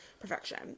perfection